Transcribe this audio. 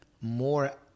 more